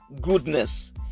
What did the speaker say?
goodness